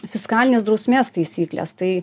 fiskalinės drausmės taisyklės tai